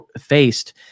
faced